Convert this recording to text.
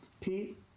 Pete